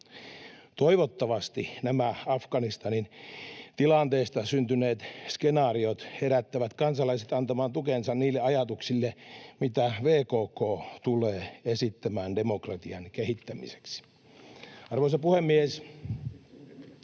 Toivottavasti nämä Afganistanin tilanteesta syntyneet skenaariot herättävät kansalaiset antamaan tukensa niille ajatuksille, mitä VKK tulee esittämään demokratian kehittämiseksi. Arvoisa puhemies!